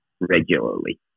regularly